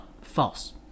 false